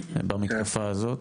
במתקפה הזאת.